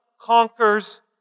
conquers